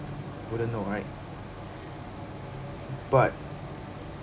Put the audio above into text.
wouldn't know right but